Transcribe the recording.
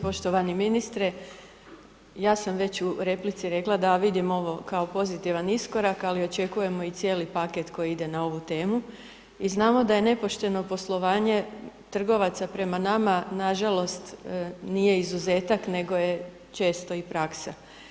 Poštovani ministre, ja sam već u replici rekla da vidim ovo kao pozitivan iskorak, ali očekujemo i cijeli paket koji ide na ovu temu i znamo da je nepošteno poslovanje trgovaca prema nama, nažalost, nije izuzetak, nego je često i praksa.